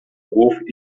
głów